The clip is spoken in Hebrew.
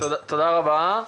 תודה רבה.